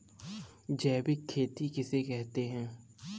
जैविक खेती किसे कहते हैं?